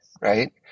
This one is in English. Right